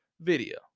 video